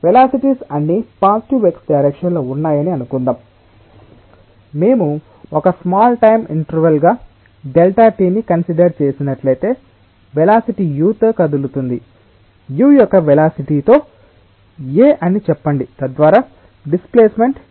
velocities అన్నీ positive x direction లో ఉన్నాయని అనుకుందాం మేము ఒక స్మాల్ టైం ఇంటర్వెల్ గా Δt ని కన్సిడర్ చేసినట్లయితే వేలాసిటి u తో కదులుతుంది u యొక్క వేలాసిటితో A 'అని చెప్పండి తద్వారా డిస్ప్లేస్మెంట్ uΔt